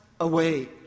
away